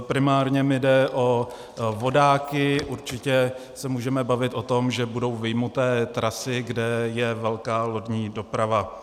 Primárně mi jde o vodáky, určitě se můžeme bavit o tom, že budou vyjmuté trasy, kde je velká lodní doprava.